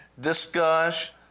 discuss